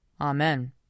Amen